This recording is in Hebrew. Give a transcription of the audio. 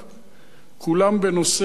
כולם בנושא ארץ-ישראל.